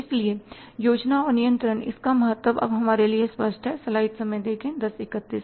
इसलिए योजना और नियंत्रण इसका महत्व अब हमारे लिए स्पष्ट है ऐसा मैं सोचता हूं